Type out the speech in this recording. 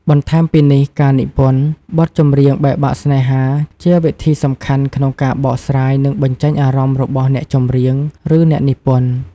បន្ថែមពីនេះការនិពន្ធ បទចម្រៀងបែកបាក់ស្នេហា ជាវិធីសំខាន់ក្នុងការបកស្រាយ និងបញ្ចេញអារម្មណ៍របស់អ្នកច្រៀង ឬអ្នកនិពន្ធ។